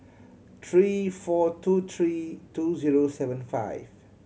three four two three two zero seven five